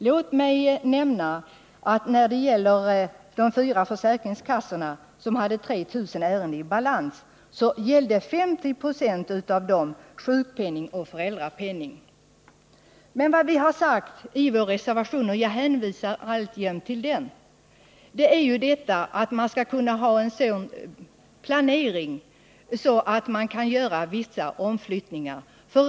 Låt mig nämna att av de 3 000 ärenden som de fyra försäkringskassorna i Skåne och Blekinge hade i balans gällde 50 20 sjukpenning och föräldrapenning. Vad vi har sagt i vår reservation — jag hänvisar alltjämt till den — är att man inom regeringskansliet bör ha en sådan planering vid utbyggnaden att man kan göra vissa omflyttningar.